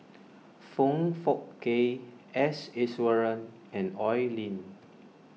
Foong Fook Kay S Iswaran and Oi Lin